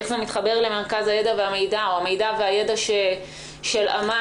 איך זה מתחבר למרכז המידע והידע של אמ"ן?